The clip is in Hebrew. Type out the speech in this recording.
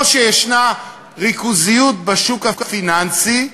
חדשה, כמו שישנה ריכוזיות בשוק הפיננסי,